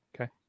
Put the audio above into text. Okay